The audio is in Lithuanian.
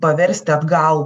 paversti atgal